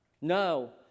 No